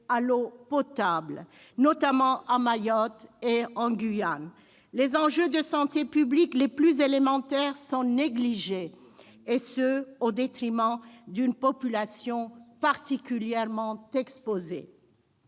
à l'eau potable, notamment à Mayotte et en Guyane. Les enjeux de santé publique les plus élémentaires sont négligés, au détriment d'une population particulièrement exposée.